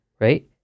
right